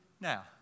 now